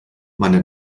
meine